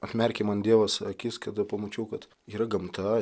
atmerkė man dievas akis kada pamačiau kad yra gamta